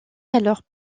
alors